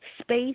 space